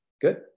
good